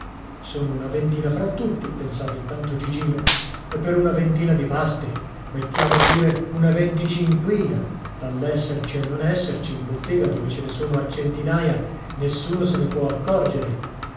sono una ventina fra tutti pensava intanto gigino e per una ventina di paste mettiamo pure una venticinquina dall'esserci al non esserci in bottega dove ce ne sono a centinaia nessuno se ne può accorgere